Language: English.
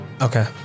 Okay